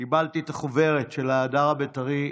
קיבלתי את החוברת של ההדר הבית"רי,